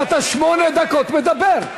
אתה שמונה דקות מדבר.